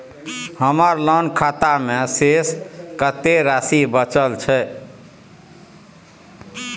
हमर लोन खाता मे शेस कत्ते राशि बचल छै?